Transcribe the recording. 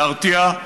להרתיע,